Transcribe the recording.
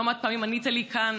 לא מעט פעמים ענית לי כאן,